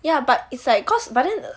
ya but it's like cause but then